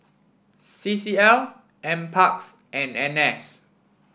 C C L NParks and N S